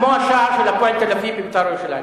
כמו השער של "הפועל תל-אביב" ל"בית"ר ירושלים".